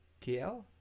KL